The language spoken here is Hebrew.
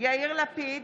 יאיר לפיד,